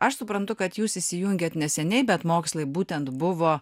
aš suprantu kad jūs įsijungėt neseniai bet mokslai būtent buvo